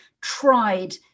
tried